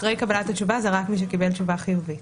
אחרי קבלת התשובה זה רק מי שקיבל תשובה חיובית.